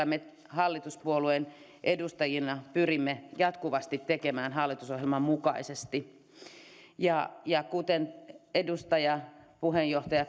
me hallituspuolueen edustajina pyrimme jatkuvasti tekemään hallitusohjelman mukaisesti ja ja kuten edustaja puheenjohtaja